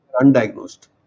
undiagnosed